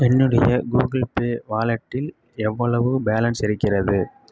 என்னுடைய Google Pay வாலெட்டில் எவ்வளவு பேலன்ஸ் இருக்கிறது